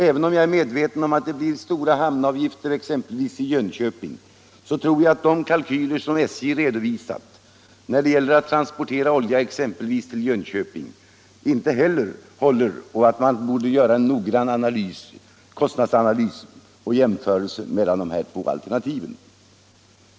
Även om jag är medveten om att det blir stora hamnavgifter exempelvis i Jönköping, tror jag att de kalkyler som SJ redovisat när det gäller att transportera olja exempelvis till Jönköping inte heller håller och att man borde göra noggranna kostnadsanalyser och jämförelser mellan de två alternativen.